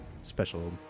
special